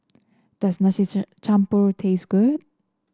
does Nasi Campur taste good